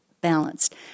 balanced